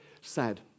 sad